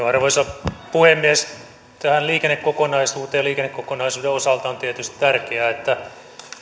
arvoisa puhemies tähän liikennekokonaisuuteen liikennekokonaisuuden osalta on tietysti tärkeää että